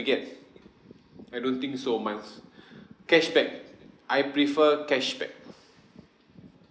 get I don't think so much cashback I prefer cashback